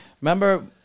Remember